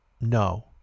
No